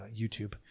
YouTube